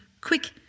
Quick